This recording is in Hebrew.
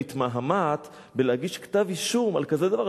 מתמהמהת מלהגיש כתב-אישום על כזה דבר,